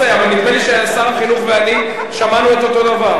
אבל נדמה לי ששר החינוך ואני שמענו את אותו הדבר.